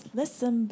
listen